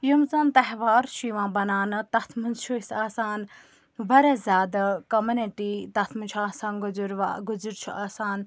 یِم زَن تہوار چھِ یِوان بَناونہٕ تَتھ منٛز چھِ أسۍ آسان واریاہ زیادٕ کوٚمنِٹی تَتھ منٛز چھُ آسان گُجروال گجر چھ آسان